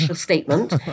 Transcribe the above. statement